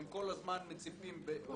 הם כל הזמן מציפים בזמן אמת.